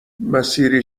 مسیری